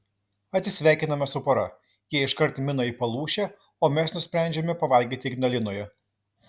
atsisveikiname su pora jie iškart mina į palūšę o mes nusprendžiame pavalgyti ignalinoje